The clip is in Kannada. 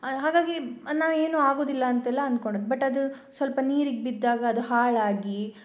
ಹಾಗಾಗಿ ನಾನು ಏನು ಆಗುವುದಿಲ್ಲ ಅಂತೆಲ್ಲ ಅನ್ಕೊಂಡದ್ದು ಬಟ್ ಅದು ಸ್ವಲ್ಪ ನೀರಿಗೆ ಬಿದ್ದಾಗ ಅದು ಹಾಳಾಗಿ